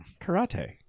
karate